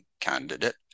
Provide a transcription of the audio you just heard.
candidate